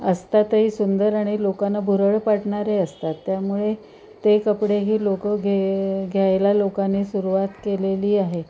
असतातही सुंदर आणि लोकांना भुरळ पाडणारे असतात त्यामुळे ते कपडेही लोक घे घ्यायला लोकांनी सुरुवात केलेली आहे